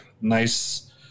Nice